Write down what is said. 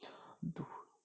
do